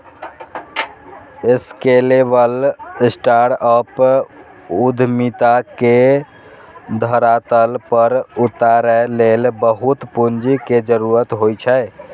scalable startup उद्यमिता के धरातल पर उतारै लेल बहुत पूंजी के जरूरत होइ छै